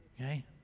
Okay